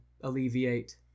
alleviate